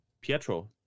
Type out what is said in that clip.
Pietro